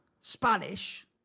Spanish